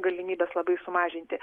galimybes labai sumažinti